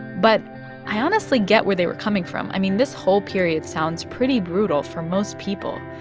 but i honestly get where they were coming from. i mean, this whole period sounds pretty brutal for most people.